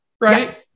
right